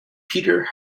peter